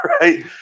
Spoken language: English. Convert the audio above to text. right